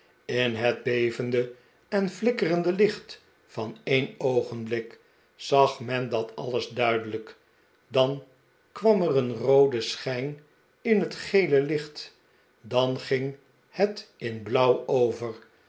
in het bevende en flikkerende licht van een oogenblik zag men dat alles duidelijk dan kwam er een roode schijn in het gele licht dan ging het in blauw over